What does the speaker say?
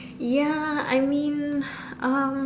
ya I mean uh